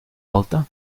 volta